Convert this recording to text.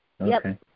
Okay